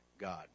God